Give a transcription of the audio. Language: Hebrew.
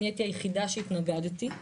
אני הייתי היחידה שהתנגדתי.